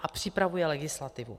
A připravuje legislativu.